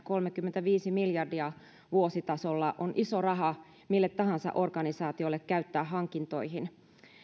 kolmekymmentäviisi miljardia vuositasolla on iso raha mille tahansa organisaatiolle käyttää hankintoihin